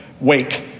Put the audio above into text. wake